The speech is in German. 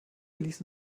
ließe